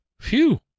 Phew